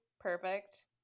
perfect